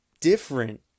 different